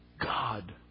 God